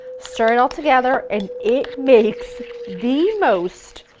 stir it all together and it makes the most